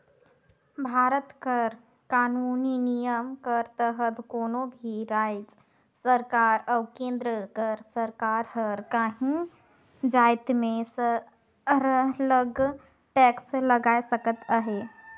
भारत कर कानूनी नियम कर तहत कोनो भी राएज सरकार अउ केन्द्र कर सरकार हर काहीं जाएत में सरलग टेक्स लगाए सकत अहे